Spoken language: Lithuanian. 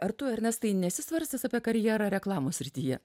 ar tu ernestai nesi svarstęs apie karjerą reklamos srityje